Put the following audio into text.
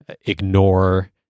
ignore